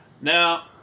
now